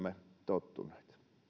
me olemme tottuneet